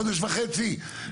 חודש וחצי?